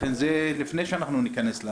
לכן זה לפני שאנחנו ניכנס.